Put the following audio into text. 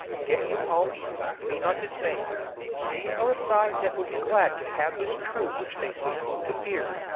get you home be not dismay'd these are a side that would be glad to have this true which they so seem to fear.